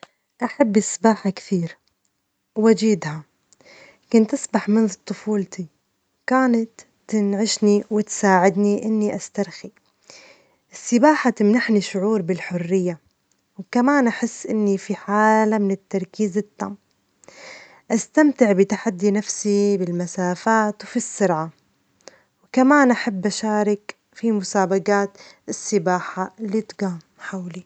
أحب السباحة كثير وأجيدها، كنت أسبح منذ طفولتي، كانت تنعشني وتساعدني إني أسترخي، السباحة تمنحني شعور بالحرية، وكمان أحس إني في حالة من التركيز التام، استمتع بتحدي نفسي بالمسافات وفي السرعة، وكمان أحب أشارك في مسابجات السباحة اللي تجام حولي.